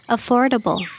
Affordable